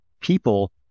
people